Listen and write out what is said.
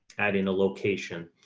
adding a location.